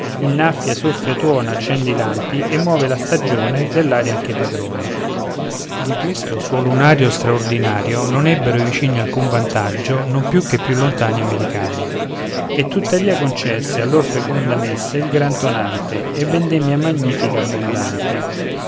inaffia soffia tuona accende i lampi e muove la stagione dell'aria anche padrone di questo suo lunario straordinario non ebbero i vicini alcun vantaggio non più che i più lontani americani e tuttavia concesse a lor feconda messe il gran tonante e vendemmia magnifica abbondante